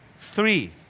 Three